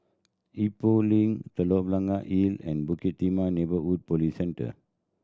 Expo Link Telok Blangah Hill and Bukit Timah Neighbourhood Police Centre